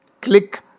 click